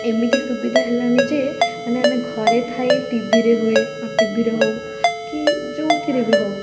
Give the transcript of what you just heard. ଏମିତି ସୁବିଧା ହେଲାଣି ଯେ ମାନେ ଆମେ ଘରେ ଥାଇ ଟିଭିରେ ହୁଏ ଟିଭିରେ ହେଉ କି ଯେଉଁଥିରେ ବି ହେଉ